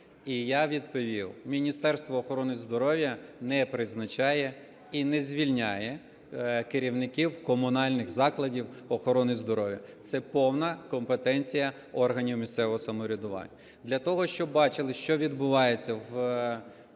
І я відповів: Міністерство охорони здоров'я не призначає і не звільняє керівників комунальних закладів охорони здоров'я. Це повна компетенція органів місцевого самоврядування. Для того, щоб бачили, що відбувається в